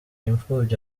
imfubyi